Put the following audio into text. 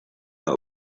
know